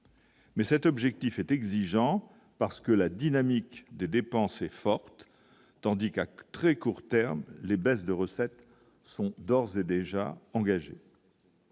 Mais cet objectif est exigeant, parce que la dynamique des dépenses dépenser forte tandis qu'à qu'très court terme, les baisses de recettes sont d'ores et déjà engagés.